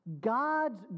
God's